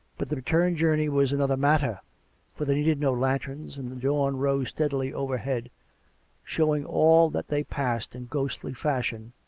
but the return journey was another matter for they needed no lanterns, and the dawn rose steadily overhead showing all that they passed in ghosrtly fashion,